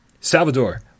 salvador